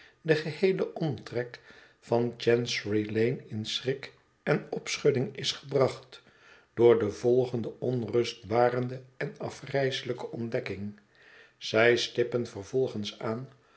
de geheele omtrek van chancery lane in schrik en opschudding is gebracht door de volgende onrustbarende en afgrijselijke ontdekking zij stippen vervolgens aan